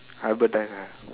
hybridise ah